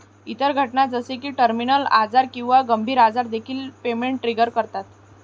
इतर घटना जसे की टर्मिनल आजार किंवा गंभीर आजार देखील पेमेंट ट्रिगर करतात